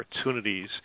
opportunities